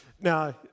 now